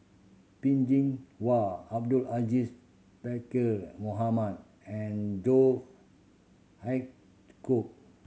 Peh Chin Hua Abdul Aziz Pakkeer Mohamed and John Hitchcock